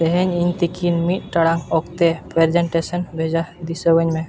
ᱛᱮᱦᱮᱧ ᱤᱧ ᱛᱤᱠᱤᱱ ᱢᱤᱫ ᱴᱟᱲᱟᱝ ᱚᱠᱛᱮ ᱯᱨᱮᱡᱮᱱᱴᱮᱥᱮᱱ ᱵᱷᱮᱡᱟ ᱫᱤᱥᱟᱹᱣᱟᱹᱧ ᱢᱮ